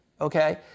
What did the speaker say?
okay